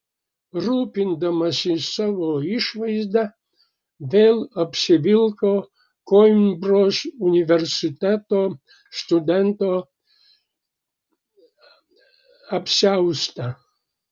rūpindamasis savo išvaizda vėl apsivilko koimbros universiteto studento apsiaustą